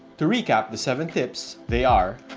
to recap the seven tips, they are